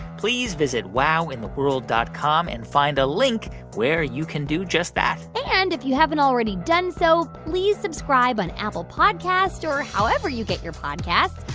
please visit wowintheworld dot com and find a link where you can do just that and if you haven't already done so, please subscribe on apple podcasts or however you get your podcasts.